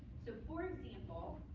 so for example,